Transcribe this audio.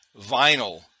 vinyl